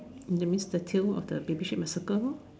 the means the tail of the baby sheep must circle